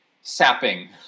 sapping